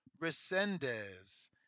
Resendez